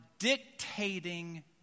dictating